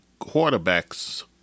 quarterbacks